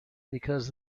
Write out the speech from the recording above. because